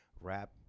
rap